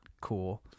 cool